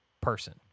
person